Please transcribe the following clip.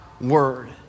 word